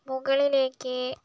മുകളിലേക്ക്